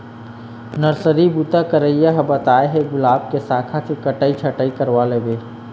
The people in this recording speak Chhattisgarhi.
नरसरी बूता करइया ह बताय हे गुलाब के साखा के कटई छटई करवा लेबे